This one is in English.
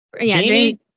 Jamie